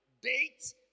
date